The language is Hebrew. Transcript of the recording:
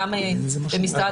וגם במשרד